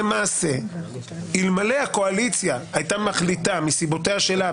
כאשר למעשה אלמלא הקואליציה הייתה מחליטה מסיבותיה שלה,